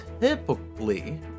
typically